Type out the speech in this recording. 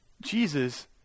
Jesus